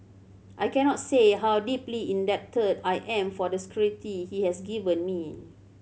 I cannot say how deeply indebted I am for the security he has given me